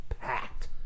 packed